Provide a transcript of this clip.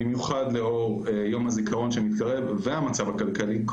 בייחוד לאור יום הזיכרון שמתקרב והמצב הכלכלי.